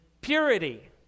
purity